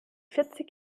vierzig